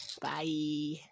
Bye